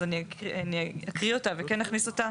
אז אני אקריא וכן אכניס אותה.